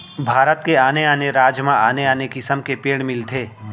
भारत के आने आने राज म आने आने किसम के पेड़ मिलथे